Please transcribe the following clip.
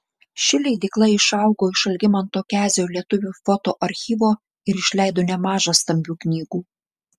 ši leidykla išaugo iš algimanto kezio lietuvių foto archyvo ir išleido nemaža stambių knygų